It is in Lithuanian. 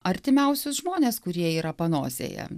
artimiausius žmones kurie yra panosėje